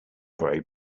grey